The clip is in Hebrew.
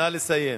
נא לסיים.